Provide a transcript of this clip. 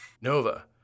Nova